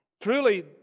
Truly